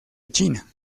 china